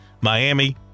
Miami